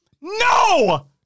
No